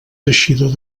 teixidor